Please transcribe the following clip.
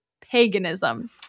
Paganism